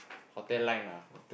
hotel line ah